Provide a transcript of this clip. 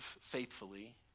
faithfully